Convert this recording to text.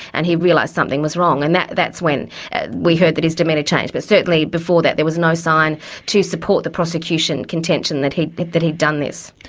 and he realised something was wrong, and that's when we heard that his demeanour changed, but certainly before that there was no sign to support the prosecution's contention that he'd that he'd done this.